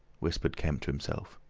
whispered kemp to himself.